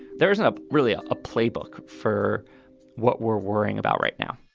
there isn't ah really a playbook for what we're worrying about right now